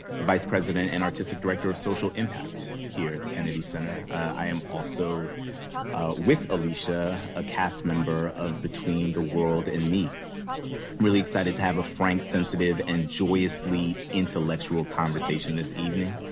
the vice president and artistic director of social impact here at the kennedy center. i am also with alicia, a cast member of between the world and me. i'm really excited to have a frank, sensitive, and joyously intellectual conversation this evening.